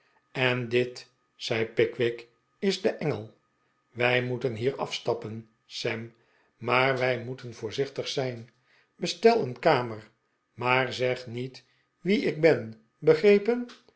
en dit zei pickwick is de engel wij moeten hier afstappen sam maar wij moeten voorzichtig zijn bestel een kamer maar zeg niet wie ik ben begrepen